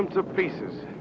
them to pieces